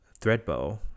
Threadbow